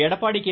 Edappadi K